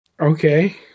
Okay